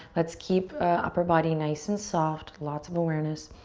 let's keep upper body nice and soft. lots of awareness.